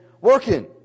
working